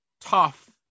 tough